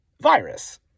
virus